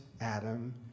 Adam